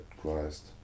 Christ